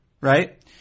right